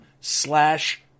slash